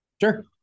Sure